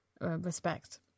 respect